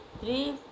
three